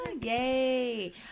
yay